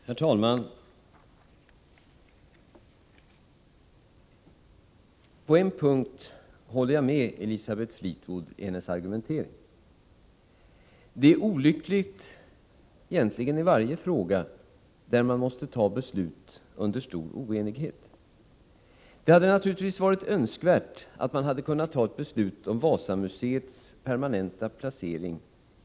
Herr talman! På en punkt håller jag med Elisabeth Fleetwood i hennes argumentering. Det är olyckligt om man måste fatta beslut under stor oenighet — det gäller egentligen i varje fråga. Det hade naturligtvis varit Önskvärt att vi i enighet kunnat fatta ett beslut om Wasamuseets permanenta placering.